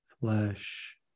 flesh